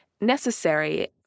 necessary